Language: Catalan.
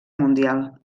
mundial